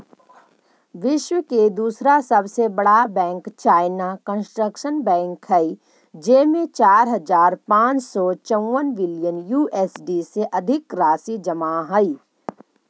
विश्व के दूसरा सबसे बड़ा बैंक चाइना कंस्ट्रक्शन बैंक हइ जेमें चार हज़ार पाँच सौ चउवन बिलियन यू.एस.डी से अधिक राशि जमा हइ